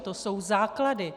To jsou základy.